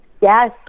Yes